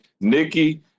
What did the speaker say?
Nikki